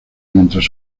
mientras